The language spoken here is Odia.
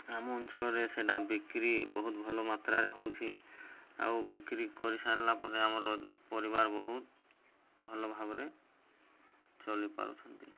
ଆମ ଅଞ୍ଚଳରେ ସେଇଟା ବିକ୍ରି ବହୁତ ଭଲ ମାତ୍ରାରେ ହେଉଛି ଆଉ ବିକ୍ରି କରିସାରିଲା ପରେ ଆମର ପରିବାର ବହୁତ ଭଲ ଭାବରେ ଚଳିପାରୁଛନ୍ତି